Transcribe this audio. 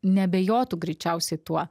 neabejotų greičiausiai tuo